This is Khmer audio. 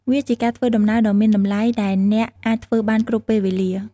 វាជាការធ្វើដំណើរដ៏មានតម្លៃដែលអ្នកអាចធ្វើបានគ្រប់ពេលវេលា។